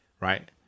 right